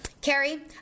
Carrie